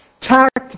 Tact